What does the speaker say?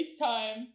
FaceTime